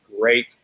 great